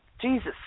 Jesus